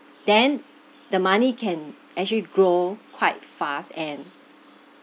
then the money can actually grow quite fast and